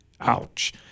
Ouch